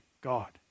God